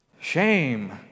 Shame